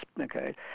okay